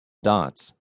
dots